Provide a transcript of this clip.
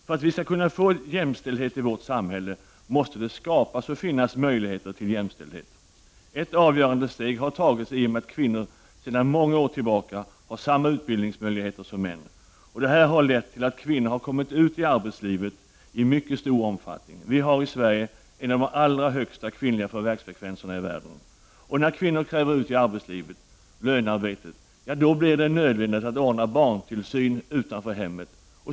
För att vi skall kunna få jämställdhet i vårt samhälle måste det skapas och finnas möjligheter till jämställdhet. Ett avgörande steg har tagits i och med att kvinnor sedan många år tillbaka har samma utbildningsmöjligheter som män. Detta har lett till att kvinnor har kommit ut i arbetslivet i en mycket stor omfattning. Vi har i Sverige en av de allra högsta kvinnliga förvärvsfrekvenserna i världen. När kvinnor trädde ut i arbetslivet-lönearbetet blev det nödvändigt att ordna barntillsyn utanför hemmet.